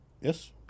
yes